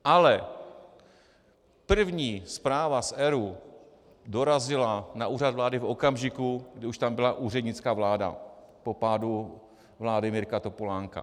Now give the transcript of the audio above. Ale první zpráva z ERÚ dorazila na Úřad vlády v okamžiku, kdy už tam byla úřednická vláda po pádu vlády Mirka Topolánka.